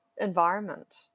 environment